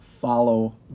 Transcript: Follow